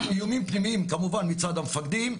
איומים פנימיים כמובן מצד המפקדים.